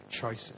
choices